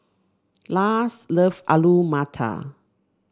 Lars loves Alu Matar